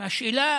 השאלה